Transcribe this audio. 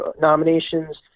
nominations